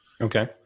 Okay